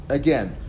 again